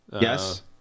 yes